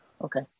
Okay